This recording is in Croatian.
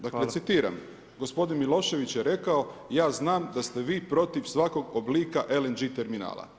Dakle citiram, gospodin Milošević je rekao ja znam da ste vi protiv svakog oblika LNG terminala.